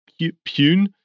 Pune